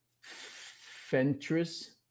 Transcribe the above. Fentress